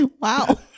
Wow